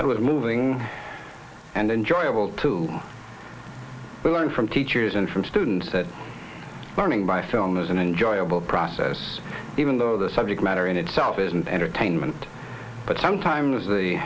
i was moving and enjoyable to learn from teachers and from students that learning by film is an enjoyable process even though the subject matter in itself is an entertainment but sometimes the